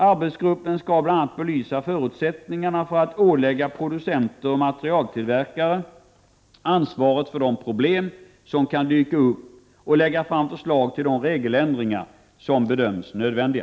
Arbetsgruppen skall bl.a. belysa förutsättningarna för att ålägga producenter och materialtillverkare ansvaret för de problem som kan dyka upp och lägga fram förslag till de regeländringar som bedöms nödvändiga.